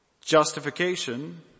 justification